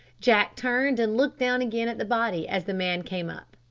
jack turned and looked down again at the body as the man came up.